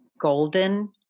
golden